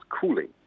cooling